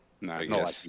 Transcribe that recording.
No